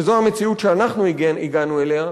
שזו המציאות שאנחנו הגענו אליה,